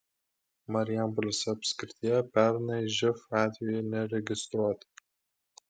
marijampolės apskrityje pernai živ atvejų neregistruota